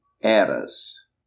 Eras